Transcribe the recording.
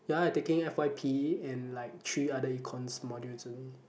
ya I taking F_Y_P and like three other Econs modules only